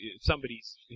somebody's